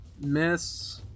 Miss